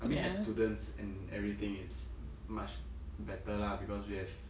I mean as students and everything it's much better lah because we have